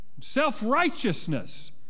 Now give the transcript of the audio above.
Self-righteousness